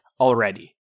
already